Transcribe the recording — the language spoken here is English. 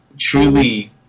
truly